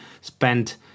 spent